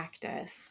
practice